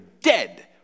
dead